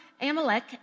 Amalek